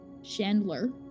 Chandler